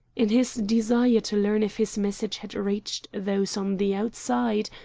in his desire to learn if his message had reached those on the outside,